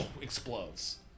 explodes